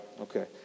Okay